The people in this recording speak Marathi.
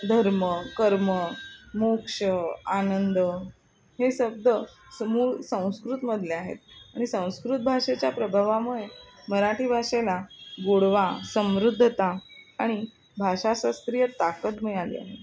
धर्म कर्म मोक्ष आनंद हे शब्द स मूळ संस्कृतमधले आहेत आणि संस्कृत भाषेच्या प्रभावामुळे मराठी भाषेला गोडवा समृद्धता आणि भाषाशास्त्रीय ताकद मिळाली आहे